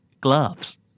Gloves